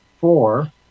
four